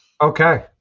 Okay